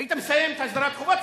היית מסיים את הסדרת החובות?